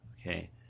Okay